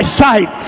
sight